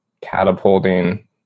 catapulting